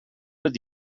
with